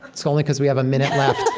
it's only cause we have a minute left